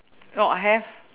oh I have